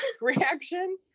reaction